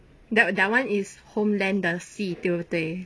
that that is homeland 的戏对不对